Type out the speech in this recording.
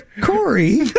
Corey